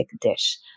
Dish